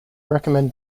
recommend